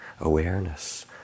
awareness